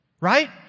right